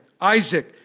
Isaac